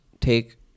take